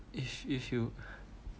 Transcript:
if if you